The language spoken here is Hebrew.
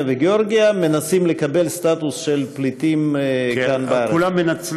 וגיאורגיה מנסים לקבל סטטוס של פליטים כאן בארץ.